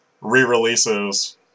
re-releases